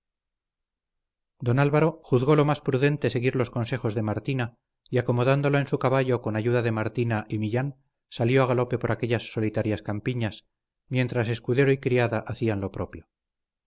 don álvaro juzgó lo más prudente seguir los consejos de martina y acomodándola en su caballo con ayuda de martina y millán salió a galope por aquellas solitarias campiñas mientras escudero y criada hacían lo propio